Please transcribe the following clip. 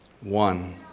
One